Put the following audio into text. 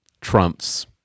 Trump's